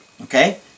okay